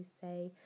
say